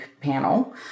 panel